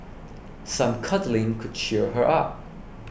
some cuddling could cheer her up